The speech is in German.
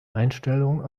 einstellung